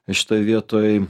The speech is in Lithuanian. ir šitoj vietoj